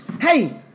hey